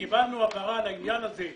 קיבלנו הבהרה על העניין הזה,